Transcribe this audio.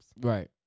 Right